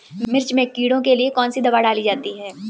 मिर्च में कीड़ों के लिए कौनसी दावा डाली जाती है?